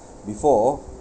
before